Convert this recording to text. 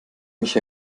mich